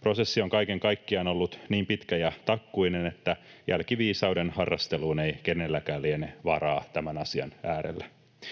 Prosessi on kaiken kaikkiaan ollut niin pitkä ja takkuinen, että jälkiviisauden harrasteluun ei kenelläkään liene varaa tämän asian äärellä.